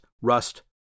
Rust